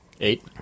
Eight